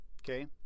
okay